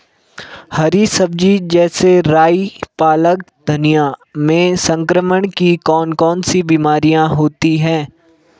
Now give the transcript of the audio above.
हरी सब्जी जैसे राई पालक धनिया में संक्रमण की कौन कौन सी बीमारियां होती हैं?